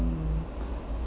um